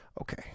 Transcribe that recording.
okay